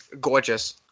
gorgeous